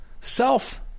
self